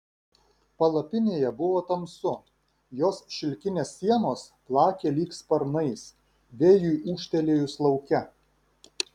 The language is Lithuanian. palapinėje buvo tamsu jos šilkinės sienos plakė lyg sparnais vėjui ūžtelėjus lauke